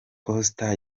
coaster